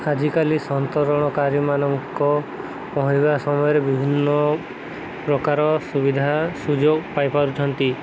ଆଜିକାଲି ସନ୍ତରଣକାରୀମାନଙ୍କ ପହଁରିବା ସମୟରେ ବିଭିନ୍ନ ପ୍ରକାର ସୁବିଧା ସୁଯୋଗ ପାଇପାରୁଛନ୍ତି